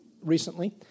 recently